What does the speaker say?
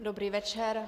Dobrý večer.